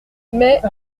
mais